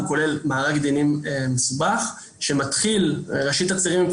הוא כולל מארג ענייניים מסובך שמתחיל במשפט